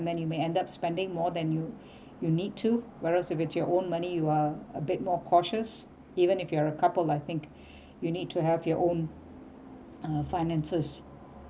and then you may end up spending more than you you need to whereas if it's your own money you are a bit more cautious even if you are a couple I think you need to have your own uh finances